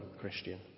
Christian